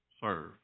Serve